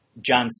John